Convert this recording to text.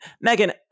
megan